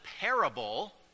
parable